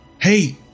hey